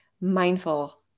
mindful